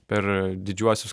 per didžiuosius